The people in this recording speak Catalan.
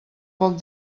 poc